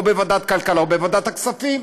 או בוועדת כלכלה או בוועדת הכספים.